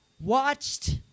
watched